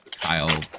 Kyle